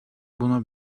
buna